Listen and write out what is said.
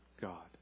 God